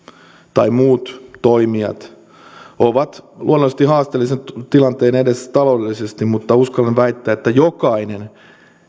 tai muut toimijat ovat luonnollisesti haasteellisen tilanteen edessä taloudellisesti mutta uskallan väittää että jokainen